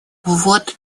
вот